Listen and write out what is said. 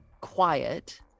quiet